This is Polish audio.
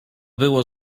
było